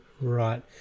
right